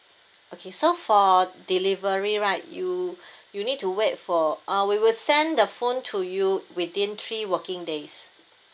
okay so for delivery right you you need to wait for uh we will send the phone to you within three working days